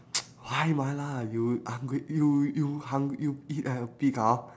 why mala you hungry you you hung~ you eat like a pig ah